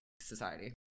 society